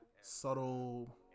subtle